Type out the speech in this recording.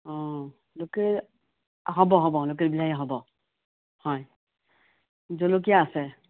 অ' local হ'ব হ'ব local বিলাহী হ'ব হয় জলকীয়া আছে